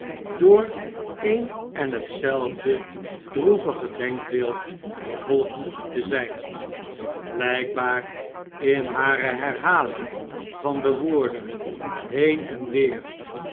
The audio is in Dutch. door een en hetzelfde droevige denkbeeld vervolgd te zjjn blijkbaar in hare herhaling van de woorden heen en weer